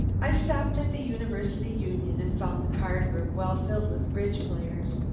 i stopped at the university union and found the card room well filled with bridge players.